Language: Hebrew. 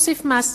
הוא הוסיף מס.